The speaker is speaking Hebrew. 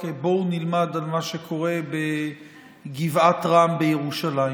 כ"בואו נלמד על מה שקורה בגבעת רם בירושלים",